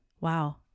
Wow